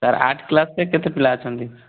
sir art କ୍ଲାସ୍ରେ କେତେପିଲା ଅଛନ୍ତି